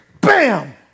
Bam